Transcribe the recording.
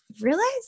realized